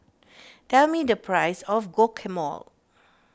tell me the price of Guacamole